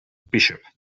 bishop